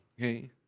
okay